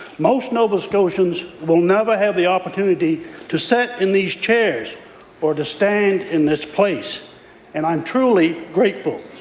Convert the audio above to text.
most nova scotians will never have the opportunity to sit in these chairs or to stand in this place and i'm truly grateful.